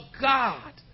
God